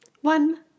One